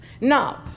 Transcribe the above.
Now